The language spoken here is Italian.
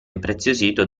impreziosito